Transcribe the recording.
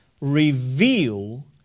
reveal